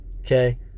okay